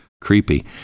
Creepy